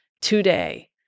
today